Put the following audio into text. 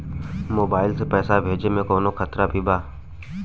Mobile से पैसा भेजे मे कौनों खतरा भी बा का?